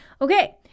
Okay